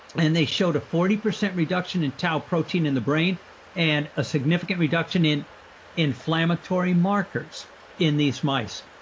and they showed a forty percent reduction in taupe protein in the brain and a significant reduction in inflammatory markers in these mice,